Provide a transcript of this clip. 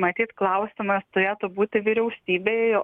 matyt klausimas turėtų būti vyriausybėj